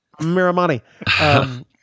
Miramani